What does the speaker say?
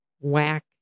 Whack